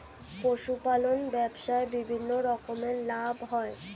পশুপালন ব্যবসায় বিভিন্ন রকমের লাভ হয়